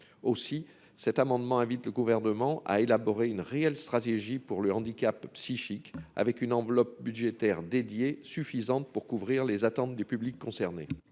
aussi cet amendement invite le gouvernement à élaborer une réelle stratégie pour le handicap psychique avec une enveloppe budgétaire dédiée suffisante pour couvrir les attentes du public concerné.